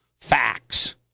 facts